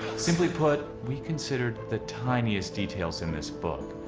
simply put, we considered the tiniest details in this book.